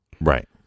Right